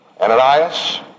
Ananias